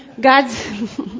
God's